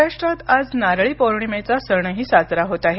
महाराष्ट्रात आज नारळी पौर्णिमेचा सणही साजरा होत आहे